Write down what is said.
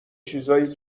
چیزای